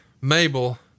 Mabel